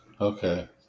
Okay